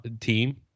team